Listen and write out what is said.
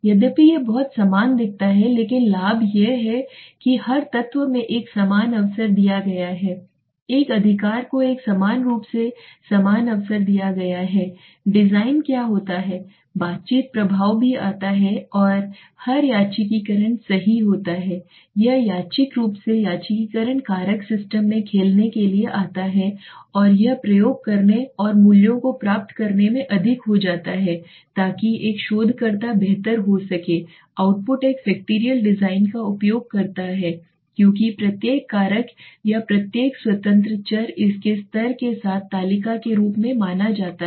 यद्यपि यह बहुत समान दिखता है लेकिन लाभ यह है कि हर तत्व में एक समान अवसर दिया गया है एक अधिकार को एक समान रूप से समान अवसर दिया गया है डिज़ाइन क्या होता है बातचीत प्रभाव भी आता है और हर यादृच्छिककरण सही होता है यह यादृच्छिक रूप से यादृच्छिककरण कारक सिस्टम में खेलने के लिए आता है और यह प्रयोग करने और मूल्यों को प्राप्त करने में अधिक हो जाता है ताकि एक शोधकर्ता बेहतर हो सके आउटपुट एक फैक्टरियल डिज़ाइन का उपयोग करता है क्योंकि प्रत्येक कारक या प्रत्येक स्वतंत्र चर इसके स्तर के साथ तालिका के रूप में माना जा रहा है